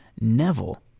Neville